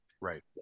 right